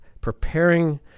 preparing